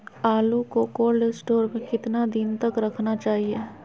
आलू को cold store में कितना दिन तक रखना चाहिए?